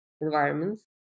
environments